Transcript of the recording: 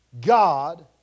God